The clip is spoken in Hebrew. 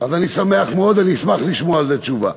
אז אני שמח מאוד, אני אשמח לשמוע על זה תשובה.